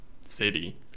City